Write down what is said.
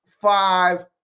five